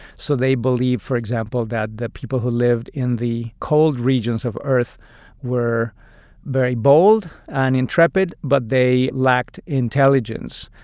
so they believe, for example, that the people who lived in the cold regions of earth were very bold and intrepid, but they lacked intelligence,